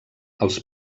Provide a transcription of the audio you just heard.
als